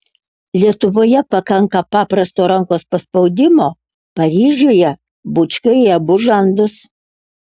lietuvoje pakanka paprasto rankos paspaudimo paryžiuje bučkio į abu žandus